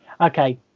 okay